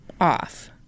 off